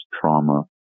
trauma